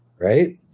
right